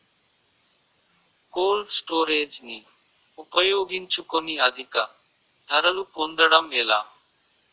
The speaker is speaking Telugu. కోల్డ్ స్టోరేజ్ ని ఉపయోగించుకొని అధిక ధరలు పొందడం ఎలా?